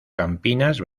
campinas